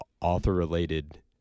author-related